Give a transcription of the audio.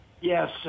Yes